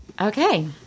Okay